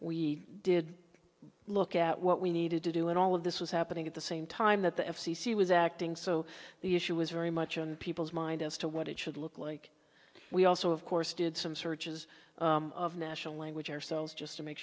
we did look at what we needed to do and all of this was happening at the same time that the f c c was acting so the issue was very much on people's mind as to what it should look like we also of course did some searches of national language ourselves just to make